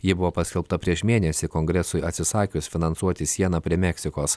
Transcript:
ji buvo paskelbta prieš mėnesį kongresui atsisakius finansuoti sieną prie meksikos